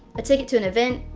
a ticket to an event,